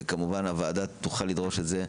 וכמובן הוועדה תוכל לדרוש את זה.